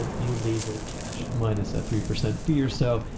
ah you leave with cash minus a three percent fee or so.